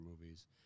movies